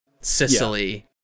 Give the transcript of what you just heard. Sicily